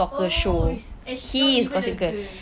oh and he's not even a girl